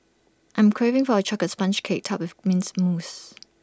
I'm craving for A Chocolate Sponge Cake Topped with mints mousse